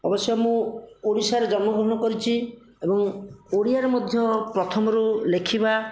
ଅବଶ୍ୟ ମୁଁ ଓଡ଼ିଶାରେ ଜନ୍ମ ଗ୍ରହଣ କରିଛି ଏବଂ ଓଡ଼ିଆରେ ମଧ୍ୟ ପ୍ରଥମରୁ ଲେଖିବା